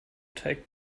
take